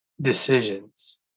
decisions